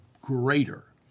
greater